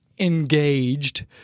engaged